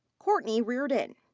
courtney reardon.